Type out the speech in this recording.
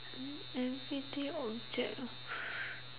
mm everyday object ah